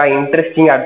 interesting